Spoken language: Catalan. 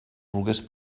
volgués